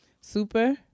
super